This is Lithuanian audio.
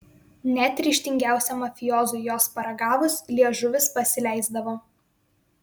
net ryžtingiausiam mafiozui jos paragavus liežuvis pasileisdavo